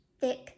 thick